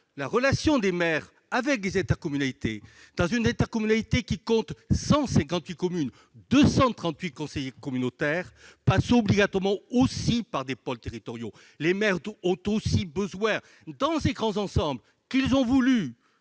la relation des maires avec une intercommunalité qui compte 158 communes et 238 conseillers communautaires passe obligatoirement aussi par des pôles territoriaux. Les maires ont besoin, dans ces grands ensembles qu'ils ont